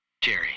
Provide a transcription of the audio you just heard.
Jerry